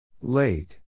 late